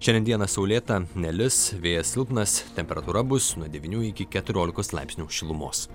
šiandien dieną saulėta nelis vėjas silpnas temperatūra bus nuo devynių iki keturiolikos laipsnių šilumos